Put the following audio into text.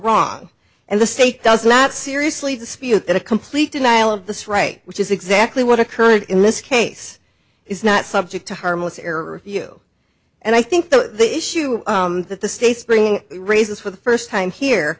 wrong and the state does not seriously dispute that a complete denial of this right which is exactly what occurred in this case is not subject to harmless error review and i think though the issue that the state's bringing raises for the first time here